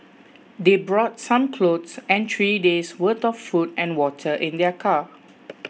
they brought some clothes and three days worth of food and water in their car